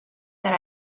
that